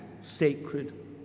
sacred